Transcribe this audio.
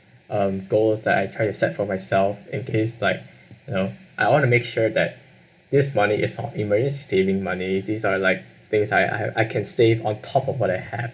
um goals that I try to set for myself in case like you know I want to make sure that this money is not emergency savings money these are like things I I have I can save on top of what I have